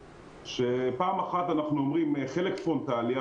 שפעם אחת אנחנו אומרים חלק פרונטלי,